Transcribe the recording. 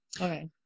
Okay